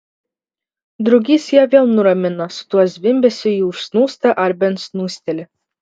drugys ją vėl nuramina su tuo zvimbesiu ji užsnūsta ar bent snūsteli